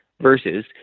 versus